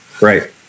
Right